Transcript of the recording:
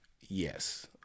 Yes